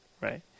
right